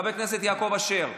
חבר הכנסת יעקב אשר,